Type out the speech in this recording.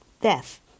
death